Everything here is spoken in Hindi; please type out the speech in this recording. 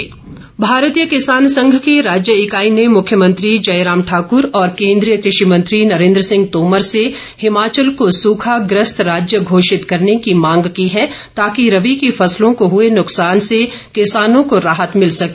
किसान संघ भारतीय किसान संघ की राज्य इकाई ने मुख्यमंत्री जयराम ठाकुर और केंद्रीय कृषि मंत्री नरेंद्र सिंह तोमर से हिमाचल को सुखा ग्रस्त राज्य घोषित करने की मांग की है ताकि रबी की फसलों को हुए नुकसान से किसानों को राहत मिल सके